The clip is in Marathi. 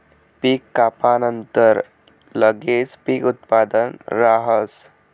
पीक कापानंतर लगेच पीक उत्पादन राहस